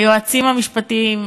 היועצים המשפטיים,